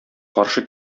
каршы